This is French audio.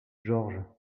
georges